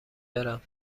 برم